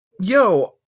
yo